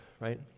right